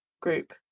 group